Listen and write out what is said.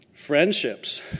Friendships